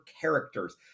characters